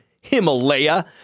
Himalaya